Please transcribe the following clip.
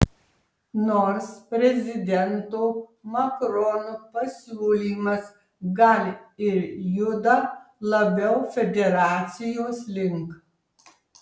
nors prezidento macrono pasiūlymas gal ir juda labiau federacijos link